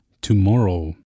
tomorrow